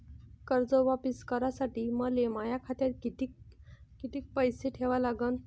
कर्ज वापिस करासाठी मले माया खात्यात कितीक पैसे ठेवा लागन?